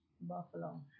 Buffalo